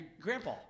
Grandpa